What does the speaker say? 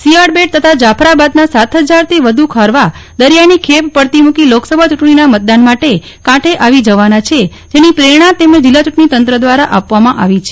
શિયાળબેટ તથા જાફરાબાદના સાત હજારથી વ્ધુ ખારવા દરિયાની ખેપ પડતી મુકી લોકસભા ચૂંટણીના મતદાન માટે કાંઠે આવી જવાના છે જેની પ્રેરણા તેમને જિલ્લા ચૂંટણી તંત્ર દ્વારા આપવામાં આવી છે